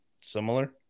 similar